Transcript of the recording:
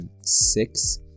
six